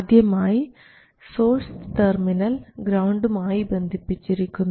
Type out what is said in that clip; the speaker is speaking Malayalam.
ആദ്യമായി സോഴ്സ് ടെർമിനൽ ഗ്രൌണ്ടും ആയി ബന്ധിപ്പിച്ചിരിക്കുന്നു